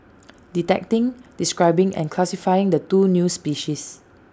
detecting describing and classifying the two new species